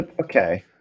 okay